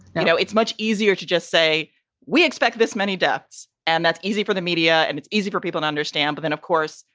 know it's much easier to just say we expect this many deaths. and that's easy for the media. and it's easy for people to understand. but then, of course,